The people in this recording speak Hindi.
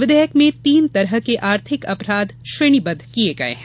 विधेयक में तीन तरह के आर्थिक अपराध श्रेणीबद्द किए गए हैं